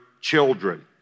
children